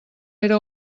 era